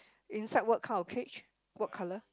inside word kind of cage what colour